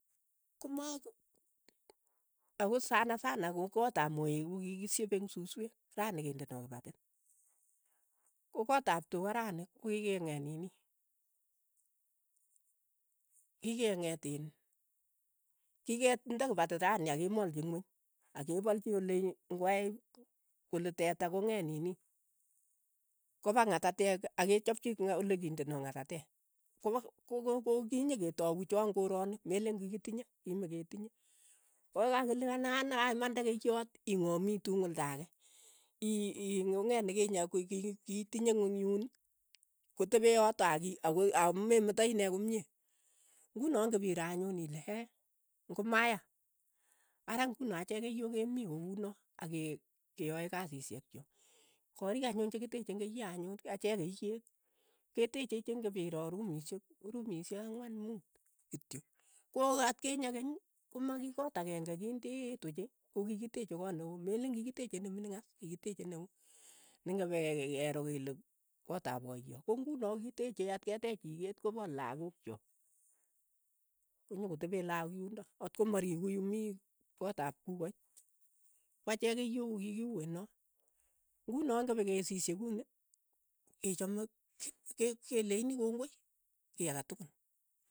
Komako ako sana sana kokoot ap moeek ko kikishepe eng susweek, rani kendeno kipatiit, ko koot ap tuka rani kokikeng'et nini, kikeng'et iin kiketnde kipatit rani ak kemolchi ing'weny, ak kepolchi ole ng'wae kole teta kong'et nini, kopa ng'atateek ak kechopchi nga olekindeno ng'atateek, kopa ko- ko kinyeketau choo eng' koroni, meleen kikitinye, kimeketinye, koi kakele kaimande keiyot ing'omitu eng' olda ake, ii- iikong'et nikinye kitinye eng' yuun kotepe yotok aki akoi amemetai ine komye, ng'uno ng'ipiro anyun ile hee, ng'omaya, ara ng'uno achek keiyo kemii ko uno, ake keyae kasishek choo, koriik anyun che kiteche eng keiyo anyun achek keiyek, keteche che ng'epiro rumiishek ko rumishek ang'wan muut kityo, ko atkinye keny komakikoot akeng'e kindeet ochei, kokikitechei koot neoo, meleen kikiteche nemining as, kikiteche neoo, neng'epekekero kele koot ap poyo. ko ng'uno kiteche at ketech chiket kopa lakok cho, konyokotepee lakok yundok, atko mariku yu mi koot ap kukoit, kwachek keiyo kokikiuue n, ng'uno ng'epekesisyo kuni, ichame kekeleini kongoi kiy ake tukul.